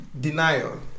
denial